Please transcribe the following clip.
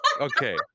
okay